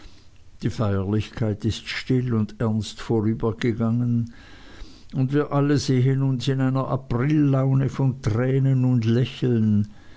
die feierlichkeit ist still und ernst vorübergegangen und wir alle sehen uns an in einer aprillaune von tränen und lächeln